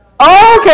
okay